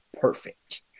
perfect